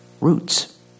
roots